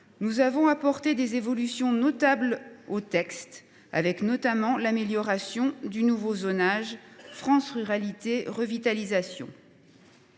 Nous avons apporté des évolutions notables au texte, avec notamment l’amélioration du nouveau zonage France Ruralités Revitalisation.